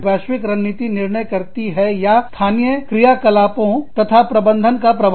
वैश्विक रणनीति निर्णय करती है चाहे वैश्विक रणनीति निर्णय करती है या स्थानीय क्रियाकलापों तथा प्रबंधन का प्रभाव